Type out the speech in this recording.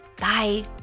Bye